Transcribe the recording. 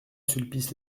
sulpice